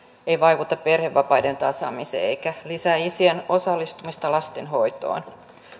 vaikuta perhevapaiden tasaamiseen eikä lisää isien osallistumista lastenhoitoon